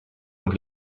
und